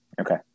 Okay